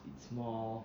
it's more